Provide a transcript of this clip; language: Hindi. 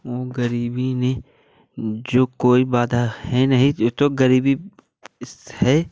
गरीबी ने जो कोई बाधा है नहीं ये तो गरीबी है